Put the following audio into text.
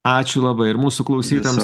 ačiū labai ir mūsų klausytojams